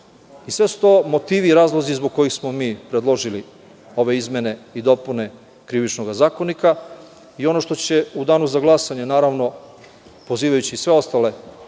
Sve su to motivi i razlozi zbog koji smo mi predložili ove izmene i dopune Krivičnog zakonika. Ono što će u danu za glasanje, naravno, pozivajući sve ostale